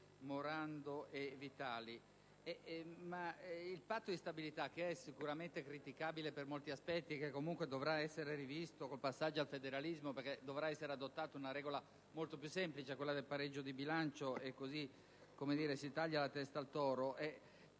Il Patto di stabilità è sicuramente criticabile per molti aspetti; in ogni caso, dovrà essere rivisto con il passaggio al federalismo, perché dovrà essere adottata una regola molto più semplice quella del pareggio del bilancio, tagliando in tal modo la testa al toro.